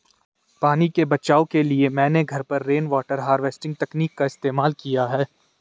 पानी के बचाव के लिए मैंने घर पर रेनवाटर हार्वेस्टिंग तकनीक का इस्तेमाल किया है